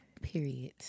Period